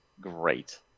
great